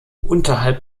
unterhalb